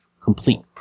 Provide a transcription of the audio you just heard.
complete